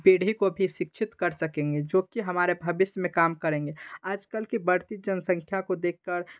पीढ़ी को भी शिक्षित कर सकेंगे जो कि हमारे भविष्य में काम करेंगे आजकल की बढ़ती जनसंख्या को देख कर